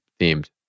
themed